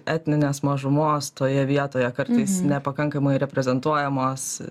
etninės mažumos toje vietoje kartais nepakankamai reprezentuojamos